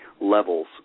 levels